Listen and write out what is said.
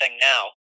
now